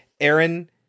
Aaron